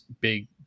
big